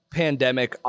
pandemic